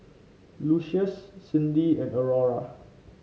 Lucius Cyndi and Aurora